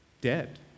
dead